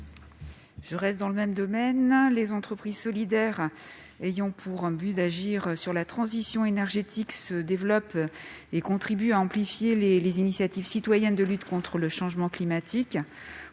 à Mme Isabelle Briquet. Les entreprises solidaires ayant pour objet d'agir sur la transition énergétique se développent et contribuent à amplifier les initiatives citoyennes pour lutter contre le changement climatique.